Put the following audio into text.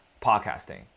podcasting